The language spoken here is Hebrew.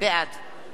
גדעון סער,